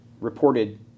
reported